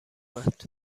اومد